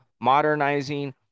modernizing